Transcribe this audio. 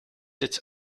its